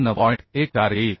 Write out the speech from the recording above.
14 येईल